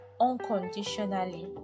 unconditionally